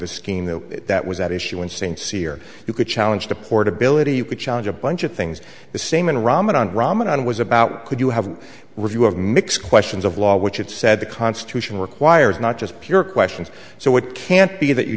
the that was at issue in st cyr you could challenge the portability challenge a bunch of things the same in ramadan ramadan was about could you have a review of mix questions of law which it said the constitution requires not just pure questions so it can't be that you